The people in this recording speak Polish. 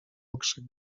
okrzyk